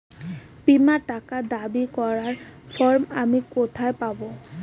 বীমার টাকা দাবি করার ফর্ম আমি কোথায় পাব?